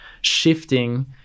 shifting